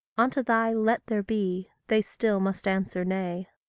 unto thy let there be, they still must answer nay.